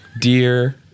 Dear